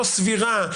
לא סבירה,